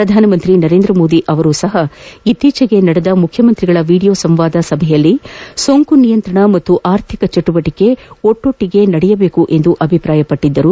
ಪ್ರಧಾನಮಂತ್ರಿ ನರೇಂದ್ರಮೋದಿ ಅವರೂ ಸಹ ಇತ್ತೀಚೆಗೆ ನಡೆದ ಮುಖ್ಯಮಂತ್ರಿಗಳ ವಿಡಿಯೋ ಸಂವಾದ ಸಭೆಯಲ್ಲಿ ಸೋಂಕು ನಿಯಂತ್ರಣ ಹಾಗೂ ಆರ್ಥಿಕ ಚಟುವಟಿಕೆಗಳು ಒಟ್ಟೊಟ್ಟಿಗೆ ನಡೆಯಬೇಕೆಂದು ಅಭಿಪ್ರಾಯಪಟ್ಟದ್ದಾರೆ